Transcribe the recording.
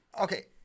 okay